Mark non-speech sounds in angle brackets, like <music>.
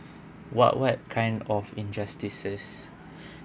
what what kind of injustices <breath>